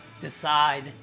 decide